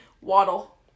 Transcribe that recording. Waddle